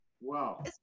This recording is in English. Wow